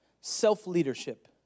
Self-leadership